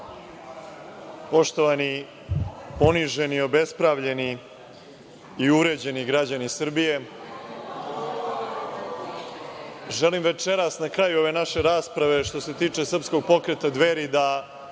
Poštovani, poniženi, obespravljeni i uvređeni građani Srbije, želim večeras, na kraju ove naše rasprave, što se tiče Srpskog pokreta „Dveri“, da